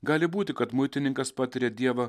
gali būti kad muitininkas patiria dievą